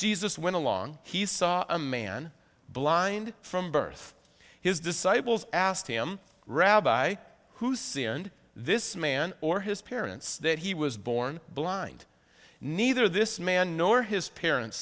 jesus went along he saw a man blind from birth his disciples asked him rabbi who see and this man or his parents that he was born blind neither this man nor his parents